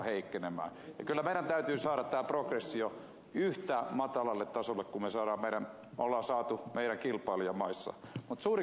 kyllä meidän täytyy saada tämä progressio yhtä matalalle tasolle kuin on saatu kilpailijamaissamme